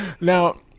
Now